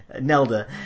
Nelda